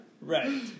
Right